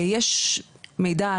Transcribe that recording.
יש מידע,